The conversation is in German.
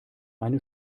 eine